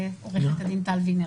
גנס.